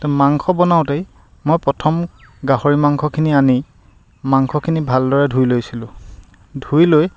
তো মাংস বনাওঁতে মই প্ৰথম গাহৰি মাংসখিনি আনি মাংসখিনি ভালদৰে ধুই লৈছিলোঁ ধুই লৈ